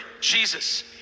Jesus